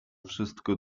wszystko